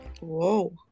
Whoa